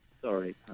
Sorry